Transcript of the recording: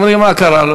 אומרים: מה קרה לו?